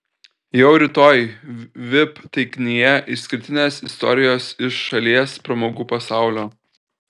jau rytoj vip taikinyje išskirtinės istorijos iš šalies pramogų pasaulio